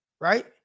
Right